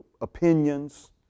opinions